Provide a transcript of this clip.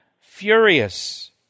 furious